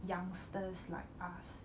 youngsters like us